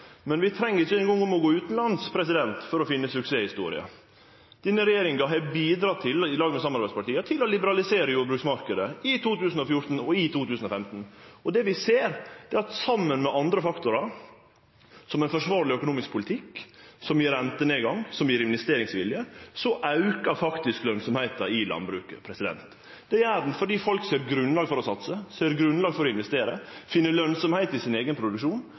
Men vi treng ikkje eingong å gå utanlands for å finne suksesshistorier. Denne regjeringa har – i lag med samarbeidspartia – bidrege til å liberalisere jordbruksmarknaden, i 2014 og i 2015. Det vi ser, er at saman med andre faktorar, som ein forsvarleg økonomisk politikk, som gjev rentenedgang, som gjev investeringsvilje, aukar faktisk lønsemda i landbruket. Det gjer ho fordi folk ser grunnlag for å satse og investere og finn lønsemd i sin eigen produksjon.